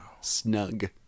Snug